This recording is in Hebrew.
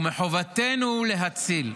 ומחובתנו, להציל.